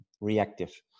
reactive